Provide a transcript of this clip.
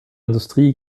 industrie